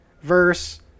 Verse